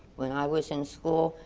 when i was in school,